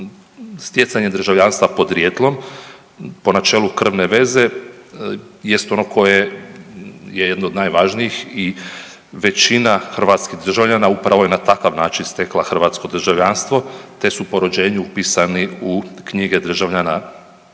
stjecanje državljanstva podrijetlom po načelu krvne veze jest ono koje je jedno od najvažnijih i većina hrvatskih državljana upravo je na takav način stekla hrvatsko državljanstvo te su po rođenju upisani u knjige državljana